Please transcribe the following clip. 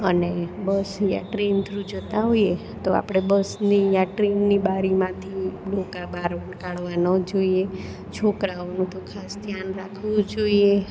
અને બસ યા train through જતા હોઈએ તો આપણે બસની યા ટ્રેનની બારીમાંથી ડોકા બહાર કાઢવા ન જોઈએ છોકરાઓનું તો ખાસ ધ્યાન રાખવું જોઈએ